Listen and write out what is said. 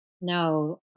no